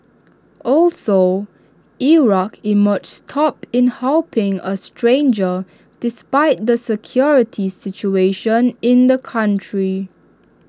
also Iraq emerges top in helping A stranger despite the security situation in the country